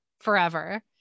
forever